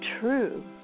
true